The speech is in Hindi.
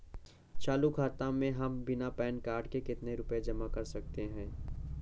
चालू खाता में हम बिना पैन कार्ड के कितनी रूपए जमा कर सकते हैं?